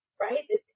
right